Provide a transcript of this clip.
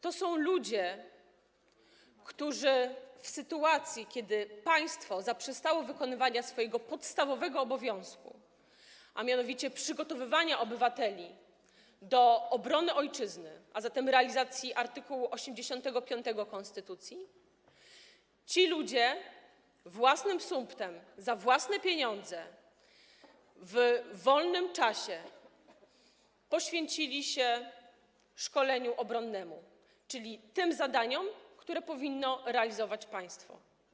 To są ludzie, którzy w sytuacji, kiedy państwo zaprzestało wykonywania swojego podstawowego obowiązku, a mianowicie przygotowywania obywateli do obrony ojczyzny, a zatem realizacji art. 85 konstytucji, własnym sumptem, za własne pieniądze, w wolnym czasie poświęcili się szkoleniu obronnemu, czyli tym zadaniom, które powinno realizować państwo.